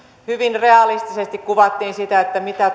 hyvin realistisesti kuvattiin mitä